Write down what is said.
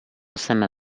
jsem